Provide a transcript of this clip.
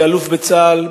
באלוף בצה"ל,